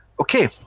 okay